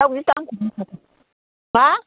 हा